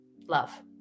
love